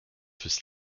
fürs